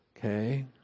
Okay